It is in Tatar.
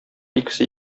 икесе